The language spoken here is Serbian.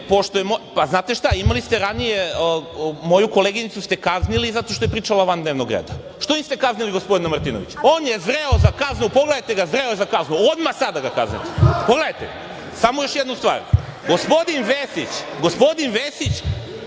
Pa, znate šta, imali ste ranije moju koleginicu ste kaznili zato što je pričala van dnevnog reda, a što niste kaznili gospodina Martinovića, on je zreo za kaznu. Pogledajte ga, zreo je za kaznu. Odmah sada da ga kaznite. Pogledajte. Samo još jednu stvar, gospodin Vesić, navodno nije